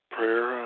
Prayer